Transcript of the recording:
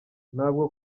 ntabwo